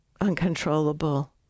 uncontrollable